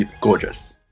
gorgeous